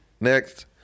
next